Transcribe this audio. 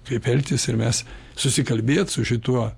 kaip elgtis ir mes susikalbėt su šituo